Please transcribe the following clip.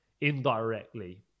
indirectly